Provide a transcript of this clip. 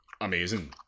amazing